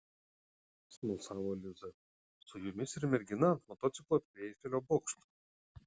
smalsavo liza su jumis ir mergina ant motociklo prie eifelio bokšto